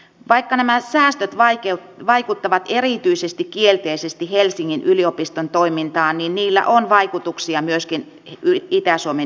vaikka nämä säästöt vaikeudet vaikuttavat erityisesti kielteisesti helsingin yliopiston toimintaan niin niillä on vaikutuksia myöskin itä suomen